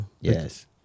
Yes